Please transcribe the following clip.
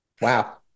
wow